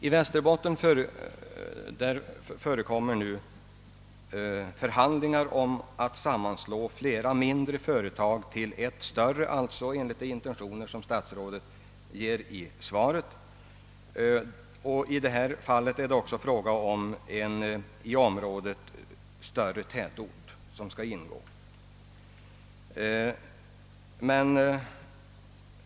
I Västerbotten pågår nu förhandlingar om att sammanslå flera mindre företag till ett större enligt de intentioner som statsrådet uttrycker svaret. Också en större tätort inom området skall ingå.